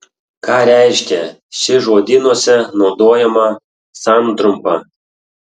ką reiškia ši žodynuose naudojama santrumpa